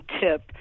tip